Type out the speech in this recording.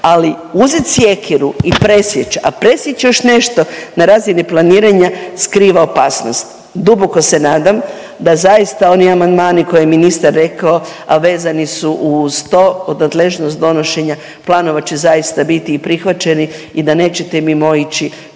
ali uzet sjekiru i presjeć, a presjeć još nešto na razini planiranja skriva opasnost. Duboko se nadam da zaista oni amandmani koje je ministar rekao, a vezani su uz to uz nadležnost donošenja planova će biti zaista i prihvaćeni i da nećete mimoići